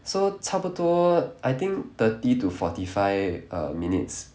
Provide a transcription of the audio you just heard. so 差不多 I think thirty to forty five err minutes